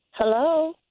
Hello